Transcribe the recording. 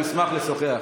הוא ישמח לשוחח.